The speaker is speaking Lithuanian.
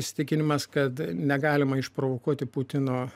yra įsitikinimas kad negalima išprovokuoti putino